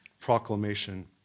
Proclamation